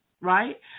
right